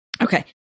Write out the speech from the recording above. Okay